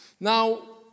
Now